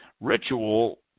ritual